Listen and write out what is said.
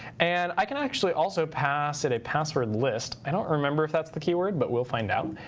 and i can actually also pass in a password list. i don't remember if that's the keyword, but we'll find out.